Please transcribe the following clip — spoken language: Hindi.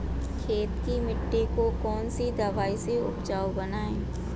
खेत की मिटी को कौन सी दवाई से उपजाऊ बनायें?